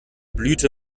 blüte